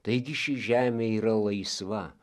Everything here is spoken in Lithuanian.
taigi ši žemė yra laisva